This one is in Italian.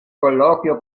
colloquio